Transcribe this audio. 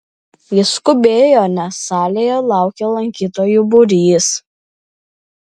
jis skubėjo nes salėje laukė lankytojų būrys